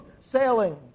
sailing